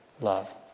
love